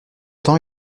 temps